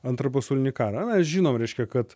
antrą pasaulinį karą na žinom reiškia kad